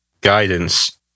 guidance